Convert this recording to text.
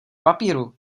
papíru